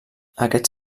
aquests